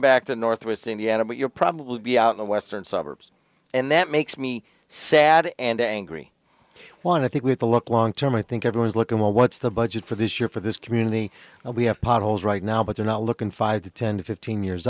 back to northwest indiana but you're probably be out in the western suburbs and that makes me sad and angry when i think we have look long term i think everyone's looking well what's the budget for this year for this community we have potholes right now but they're not looking five to ten to fifteen years